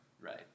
Right